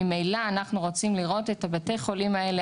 ממילא אנחנו רוצים לראות את בתי החולים האלה,